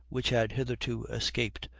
which had hitherto escaped,